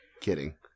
Kidding